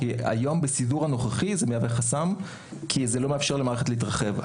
כי היום בסידור הנוכחי זה מהווה חסם כי זה לא מאפשר למערכת להתרחב.